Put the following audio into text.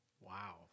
Wow